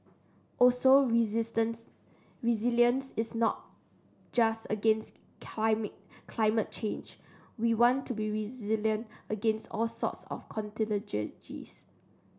also resistance resilience is not just against climate change we want to be resilient against all sorts of contingencies